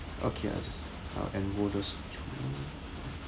okay I'll just I'll enrol your children